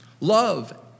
Love